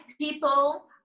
people